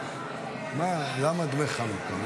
למה דמי חנוכה?